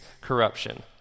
corruption